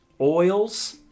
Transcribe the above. oils